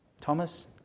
Thomas